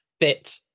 Fit